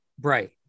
Right